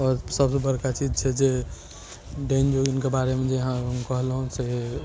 आओर सबसँ बड़का चीज छै जे डायन जोगिनके बारेमे जे अहाँके हम कहलहुँ से